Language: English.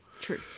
true